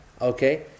okay